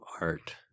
art